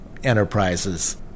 Enterprises